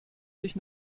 sich